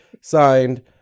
Signed